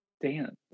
dance